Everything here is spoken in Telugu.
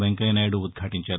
వెంకయ్యనాయుడు ఉద్భాటించారు